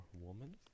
Woman